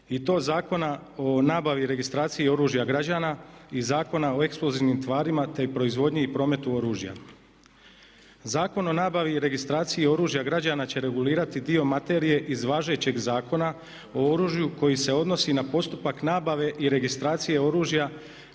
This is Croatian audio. i to Zakona o nabavi i registraciji oružja građana i Zakona o eksplozivnim tvarima te proizvodnji i prometu oružja. Zakon o nabavi i registraciji oružja građana će regulirati dio materije iz važećeg Zakona o oružju koji se odnosi na postupak nabave i registracije oružja